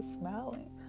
smiling